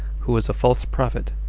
who was a false prophet,